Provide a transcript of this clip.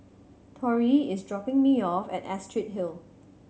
Tori is dropping me off at Astrid Hill